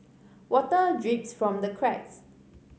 water drips from the cracks